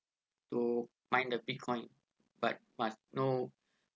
to mine the bitcoin but must no